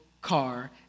car